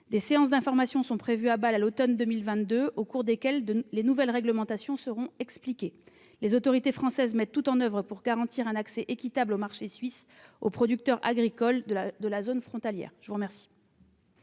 Des séances d'information sont prévues à Bâle à l'automne 2022, au cours desquelles les nouvelles réglementations seront explicitées. Les autorités françaises mettent tout en oeuvre pour garantir aux producteurs agricoles de la zone frontalière un accès